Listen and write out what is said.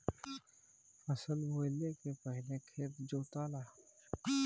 फसल बोवले के पहिले खेत जोताला